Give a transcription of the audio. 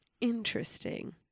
Interesting